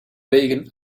wegen